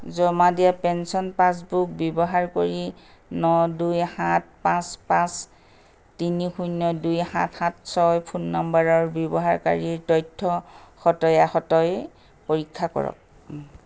জমা দিয়া pension passbook ব্যৱহাৰ কৰি ন দুই সাত পাঁচ পাঁচ তিনি শূন্য দুই সাত সাত ছয় ফোন নম্বৰৰ ব্যৱহাৰকাৰীৰ তথ্যৰ সতয়াসতই পৰীক্ষা কৰক